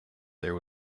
there